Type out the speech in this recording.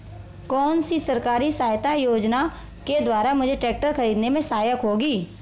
कौनसी सरकारी सहायता योजना के द्वारा मुझे ट्रैक्टर खरीदने में सहायक होगी?